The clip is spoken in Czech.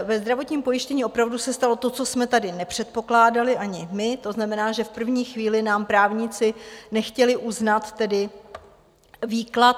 Ve zdravotním pojištění opravdu se stalo to, co jsme tady nepředpokládali ani my, to znamená, že v první chvíli nám právníci nechtěli uznat výklad.